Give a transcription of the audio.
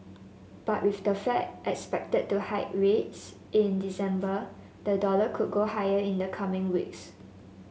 but with the Fed expected to hike rates in December the dollar could go higher in the coming weeks